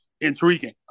intriguing